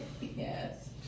Yes